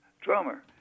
drummer